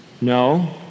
no